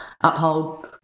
uphold